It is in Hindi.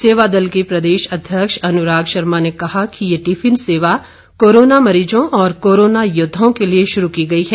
सेवादल के प्रदेश अध्यक्ष अनुराग शर्मा ने कहा कि ये टिफिन सेवा कोरोना मरीजों और कोरोना योद्दाओं के लिए शुरू की गई है